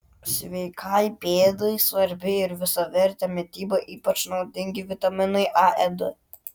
sveikai pėdai svarbi ir visavertė mityba ypač naudingi vitaminai a e d